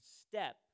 step